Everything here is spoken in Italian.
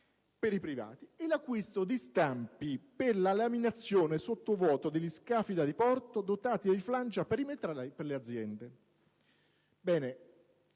per i privati;